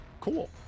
Cool